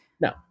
No